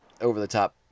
over-the-top